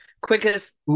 Quickest